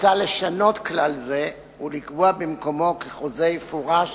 מוצע לשנות כלל זה ולקבוע במקומו כי חוזה יפורש